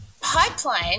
pipeline